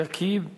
שכיב שנאן.